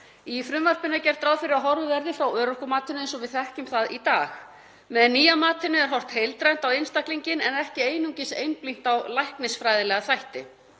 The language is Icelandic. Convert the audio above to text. Í frumvarpinu er gert ráð fyrir að horfið verði frá örorkumatinu eins og við þekkjum það í dag. Með nýja matinu er horft heildrænt á einstaklinginn en ekki einungis einblínt á læknisfræðilega þætti.